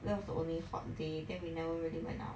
that's was the only hot day then we never really went out